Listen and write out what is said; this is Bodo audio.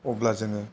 अब्ला जोङो